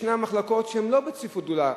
וישנן מחלקות שהן לא בצפיפות גדולה.